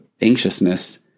anxiousness